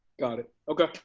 got it okay.